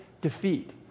defeat